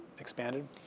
expanded